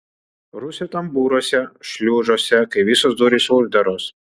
rūsio tambūruose šliuzuose kai visos durys uždaros